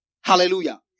Hallelujah